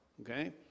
okay